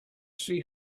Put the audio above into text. see